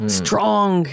strong